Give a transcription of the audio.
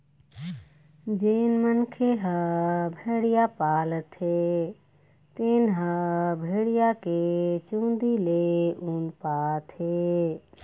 जेन मनखे ह भेड़िया पालथे तेन ह भेड़िया के चूंदी ले ऊन पाथे